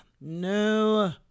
No